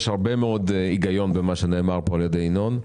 יש הרבה מאוד היגיון במה שנאמר פה על ידי ינון,